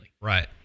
Right